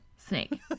snake